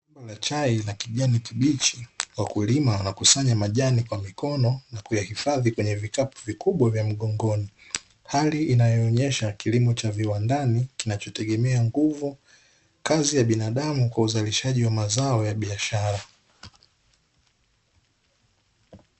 Chai ya kijani kibichi. Wakulima wanakusanya majani kwa mikono na kuyahifadhi kwenye vikapu vikubwa vya mgongoni. Hali inayoonyesha kilimo cha viwandani kinachotegemea nguvu kazi ya binadamu, kwa uzalishaji wa mazao ya biashara.